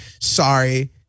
Sorry